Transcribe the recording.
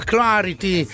Clarity